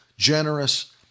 generous